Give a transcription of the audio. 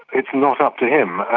it's not up to him. i